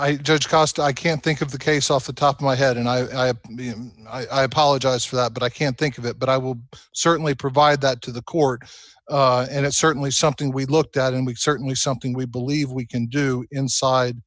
cost i can't think of the case off the top of my head and i mean i apologize for that but i can't think of it but i will certainly provide that to the court and it's certainly something we looked at and we certainly something we believe we can do inside